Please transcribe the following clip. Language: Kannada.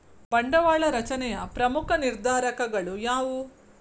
ಬಂಡವಾಳ ರಚನೆಯ ಪ್ರಮುಖ ನಿರ್ಧಾರಕಗಳು ಯಾವುವು